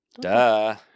Duh